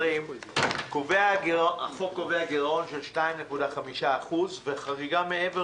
ב-2020 החוק קובע גירעון של 2.5% וחריגה מעבר